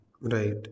right